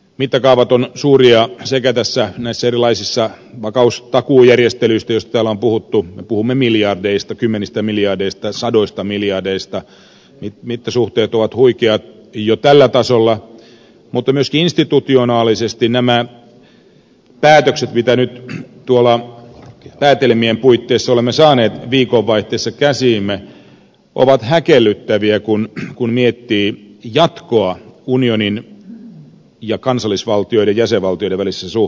mittakaavat ovat suuria näissä erilaisissa vakaustakuujärjestelyissä joista täällä on puhuttu puhumme kymmenistä miljardeista sadoista miljardeista mittasuhteet ovat huikeat jo tällä tasolla mutta myöskin institutionaalisesti nämä päätökset mitä nyt päätelmien puitteissa olemme saaneet viikonvaihteessa käsiimme ovat häkellyttäviä kun miettii jatkoa unionin ja kansallisvaltioiden jäsenvaltioiden välisissä suhteissa